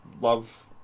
love